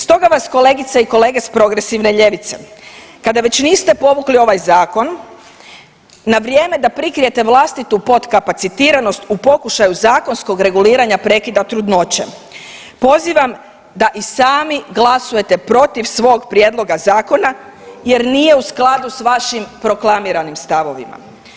Stoga vas kolegice i kolege s progresivne ljevice, kada već niste povukli ovaj Zakon, na vrijeme da prikrijete vlastitu potkapacitiranost u pokušaju zakonskog reguliranja prekida trudnoće pozivam da i sami glasujete protiv svog prijedloga Zakona jer nije u skladu s vašim proklamiranim stavovima.